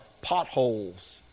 potholes